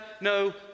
no